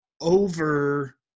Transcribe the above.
over